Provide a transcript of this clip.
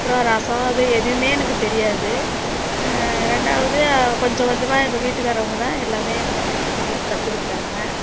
அப்புறம் ரசம் அது எதுவுமே எனக்கு தெரியாது ரெண்டாவது கொஞ்சம் கொஞ்சமாக எங்கள் வீட்டுக்காரவங்க தான் எல்லாமே எங்களுக்கு கற்றுக்குடுத்தாங்க